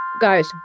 Guys